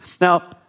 Now